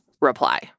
reply